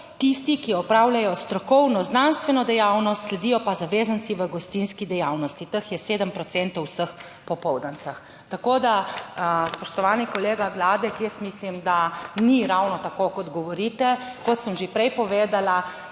tisti, ki opravljajo strokovno znanstveno dejavnost, sledijo pa zavezanci v gostinski dejavnosti. Teh je 7 procentov vseh popoldanskih. Tako da spoštovani kolega Gladek, jaz mislim, da ni ravno tako, kot govorite. Kot sem že prej povedala,